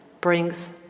brings